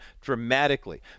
dramatically